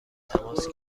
تماس